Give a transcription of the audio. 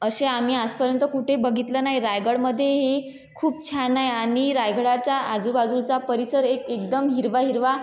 असे आम्ही आजपर्यंत कुठे बघितलं नाही रायगडमध्येही खूप छान आहे आणि रायगडाच्या आजूबाजूचा परिसर एक एकदम हिरवाहिरवा